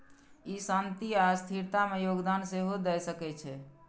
ई शांति आ स्थिरता मे योगदान सेहो दए सकै छै